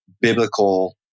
biblical